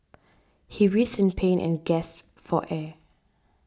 he writhed in pain and gasped for air